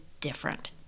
different